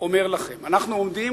אומר לכם, אנחנו עומדים